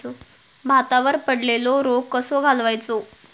भातावर पडलेलो रोग कसो घालवायचो?